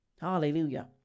Hallelujah